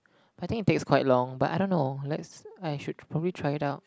but I think it takes quite long but I don't know let's I should probably try it out